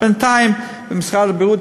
בינתיים במשרד הבריאות,